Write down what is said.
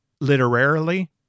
Literarily